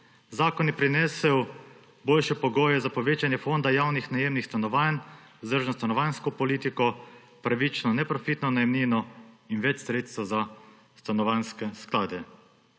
Zakon je prinesel boljše pogoje za povečanje fonda javnih najemnih stanovanj, vzdržno stanovanjsko politiko, pravično neprofitno najemnino in več sredstev za stanovanjske sklade.